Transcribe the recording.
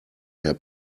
herr